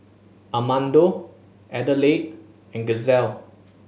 Amado Adelaide and Giselle